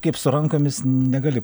kaip su rankomis negali